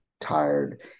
tired